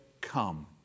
Come